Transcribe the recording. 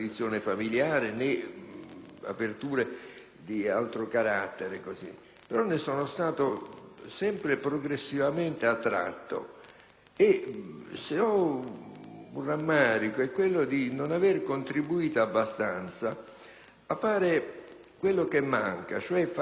aperture di altro genere, ne sono stato però sempre progressivamente attratto. Se ho un rammarico è quello di non aver contribuito abbastanza a fare quello che manca, cioè far conoscere meglio